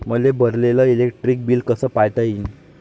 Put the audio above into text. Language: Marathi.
मले भरलेल इलेक्ट्रिक बिल कस पायता येईन?